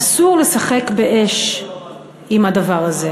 אסור לשחק באש עם הדבר הזה.